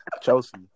Chelsea